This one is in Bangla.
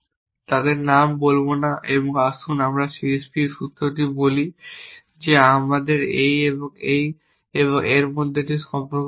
তাদের নাম বলব না এবং আসুন আমার CSPর সূত্রটি বলি যে আমার এই এই এবং এর মধ্যে একটি সম্পর্ক রয়েছে